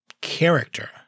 character